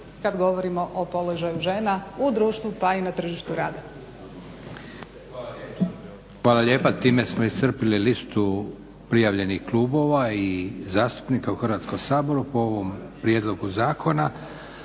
kada govorimo o položaju žena u društvu pa i na tržištu rada. **Leko, Josip (SDP)** Hvala lijepa. Time smo iscrpili listu prijavljenih klubova i zastupnika u Hrvatskom saboru po ovom prijedlogu zakona.